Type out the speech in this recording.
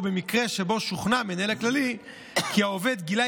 או במקרה שבו שוכנע המנהל הכללי כי העובד גילה